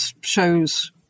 shows